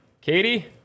Katie